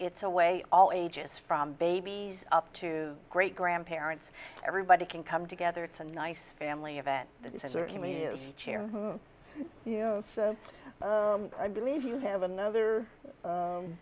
it's a way all ages from babies up to great grandparents everybody can come together it's a nice family event that is as i believe you have another